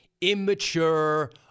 immature